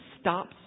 stops